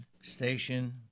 station